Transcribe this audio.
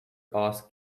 ask